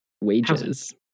wages